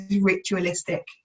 ritualistic